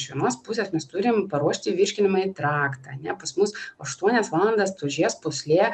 iš vienos pusės mes turim paruošti virškinamąjį traktą ane pas mus aštuonias valandas tulžies pūslė